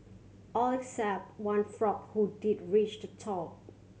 all except one frog who did reach the top